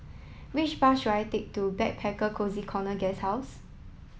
which bus should I take to Backpacker Cozy Corner Guesthouse